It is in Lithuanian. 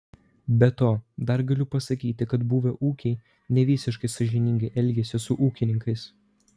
be to dar galiu pasakyti kad buvę ūkiai nevisiškai sąžiningai elgiasi su ūkininkais